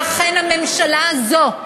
ואכן, הממשלה הזאת,